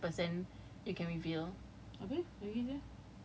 cause you cannot the university policy is only like fifty per cent